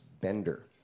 Bender